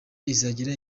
izagera